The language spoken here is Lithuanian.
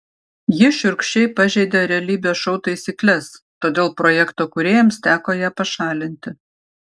ji šiurkščiai pažeidė realybės šou taisykles todėl projekto kūrėjams teko ją pašalinti